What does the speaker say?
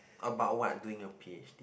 about what doing the P_H_D